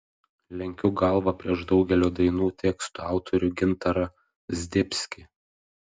lenkiu galvą prieš daugelio dainų tekstų autorių gintarą zdebskį